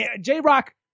J-Rock